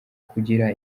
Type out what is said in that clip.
kugira